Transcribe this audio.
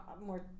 more